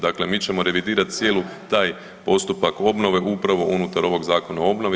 Dakle, mi ćemo revidirati cijeli taj postupak obnove upravo unutar ovoga Zakona o obnovi.